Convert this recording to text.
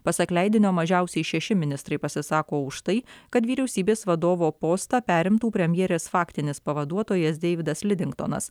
pasak leidinio mažiausiai šeši ministrai pasisako už tai kad vyriausybės vadovo postą perimtų premjerės faktinis pavaduotojas deividas lidingtonas